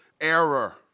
error